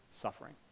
suffering